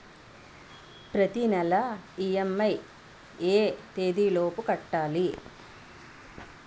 ప్రతినెల ఇ.ఎం.ఐ ఎ తేదీ లోపు కట్టాలి?